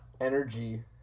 energy